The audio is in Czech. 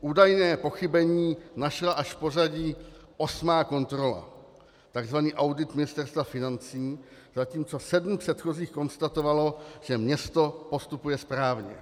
Údajné pochybení našla až v pořadí osmá kontrola, tzv. audit Ministerstva financí, zatímco sedm předchozích konstatovalo, že město postupuje správně.